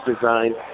Design